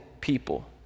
people